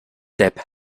depp